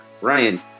Ryan